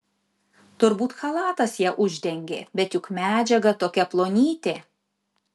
turbūt chalatas ją uždengė bet juk medžiaga tokia plonytė